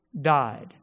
died